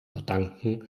verdanken